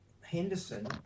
Henderson